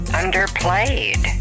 underplayed